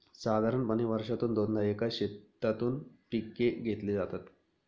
साधारणपणे वर्षातून दोनदा एकाच शेतातून पिके घेतली जातात